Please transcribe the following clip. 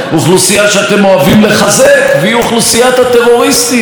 אותם רוצחים נתעבים שיושבים כאן בבתי הכלא שלנו,